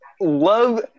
love